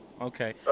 Okay